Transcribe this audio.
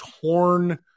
torn